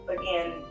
again